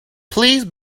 please